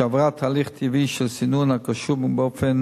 שעברה תהליך טבעי של סינון הקשור באופן